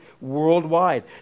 worldwide